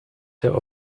der